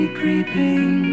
creeping